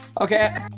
Okay